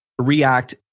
react